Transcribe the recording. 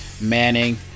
Manning